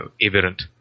evident